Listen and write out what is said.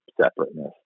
separateness